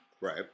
Right